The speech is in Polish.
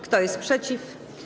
Kto jest przeciw?